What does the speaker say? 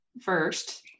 first